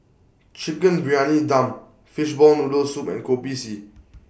Chicken Briyani Dum Fishball Noodle Soup and Kopi C